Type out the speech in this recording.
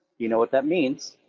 you know what that means?